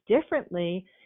differently